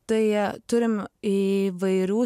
tai turim įvairių